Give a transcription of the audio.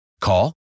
Call